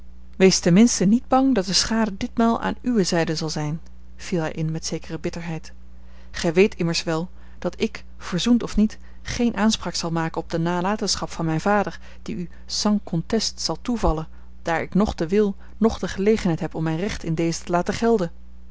ten minste niet bang dat de schade ditmaal aan uwe zijde zal zijn viel hij in met zekere bitterheid gij weet immers wel dat ik verzoend of niet geen aanspraak zal maken op de nalatenschap van mijn vader die u sans conteste zal toevallen daar ik noch den wil noch de gelegenheid heb om mijn recht in dezen te laten gelden